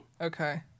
Okay